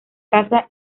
caza